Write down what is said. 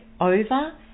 over